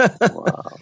Wow